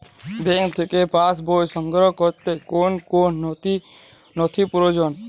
Bank থেকে pass বই সংগ্রহ করতে কোন কোন নথি প্রয়োজন?